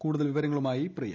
കൂടുതൽ വിവരങ്ങളുമായി പ്രിയ